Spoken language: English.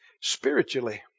spiritually